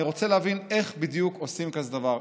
אני רוצה להבין איך בדיוק עושים כזה דבר,